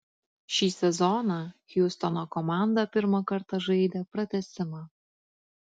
šį sezoną hjustono komanda pirmą kartą žaidė pratęsimą